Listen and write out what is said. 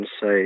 say